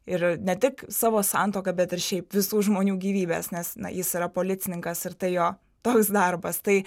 ir ne tik savo santuoką bet ir šiaip visų žmonių gyvybes nes jis yra policininkas ir tai jo toks darbas tai